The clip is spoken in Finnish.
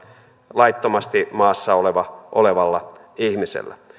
laittomasti maassa olevalla ihmisellä